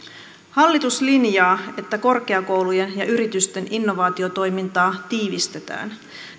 hallitus linjaa että korkeakoulujen ja yritysten innovaatiotoimintaa tiivistetään